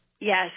Yes